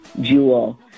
jewel